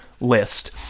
list